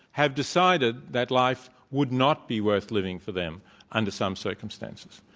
have decided that life would not be worth living for them under some circumstances.